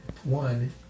One